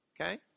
Okay